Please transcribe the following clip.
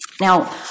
Now